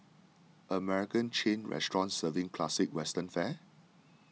American chain restaurant serving classic Western fare